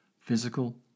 physical